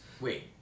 Wait